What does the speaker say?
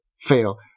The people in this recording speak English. fail